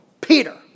Peter